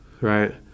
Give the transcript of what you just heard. right